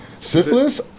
syphilis